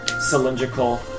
cylindrical